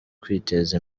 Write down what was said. kwiteza